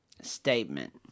Statement